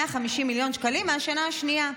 ומ-150 מיליון שקלים מהשנה השנייה.